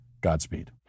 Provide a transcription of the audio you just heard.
Godspeed